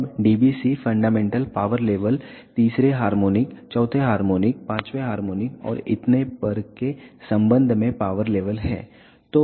अब dBc fundamental power level तीसरे harmonic चौथे हार्मोनिक पांचवें हार्मोनिक और इतने पर के संबंध में पावर लेवल है